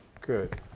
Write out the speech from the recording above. Good